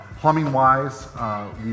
Plumbing-wise